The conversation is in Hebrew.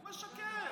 הוא משקר.